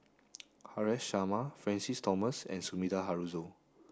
Haresh Sharma Francis Thomas and Sumida Haruzo